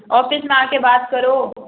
office में आ के बात करो